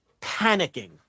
panicking